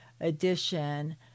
edition